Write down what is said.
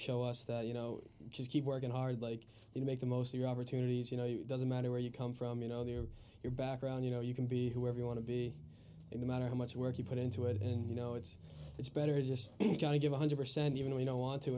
show us that you know just keep working hard like you make the most of your opportunities you know it doesn't matter where you come from you know they're your background you know you can be whoever you want to be no matter how much work you put into it and you know it's it's better just you got to give one hundred percent even we don't want to